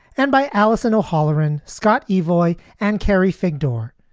and by alison holloran, scott eevi and carrie fig door,